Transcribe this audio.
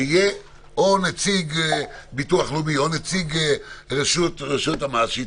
שיהיה נציג הביטוח הלאומי או נציג רשויות המס,